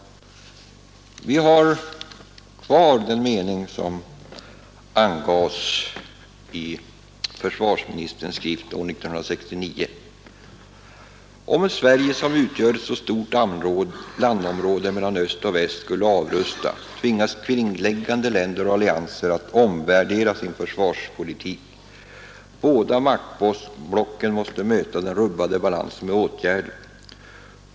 Vi har fortfarande den mening som angavs i ett sammandrag år 1969 av försvarsministerns skrift: ”Om Sverige, som utgör ett så stort landområde mellan öst och väst, skulle avrusta, tvingas kringliggande länder och allianser att omvärdera sin försvarspolitik. Båda maktblocken måste möta den rubbade balansen med åtgärder.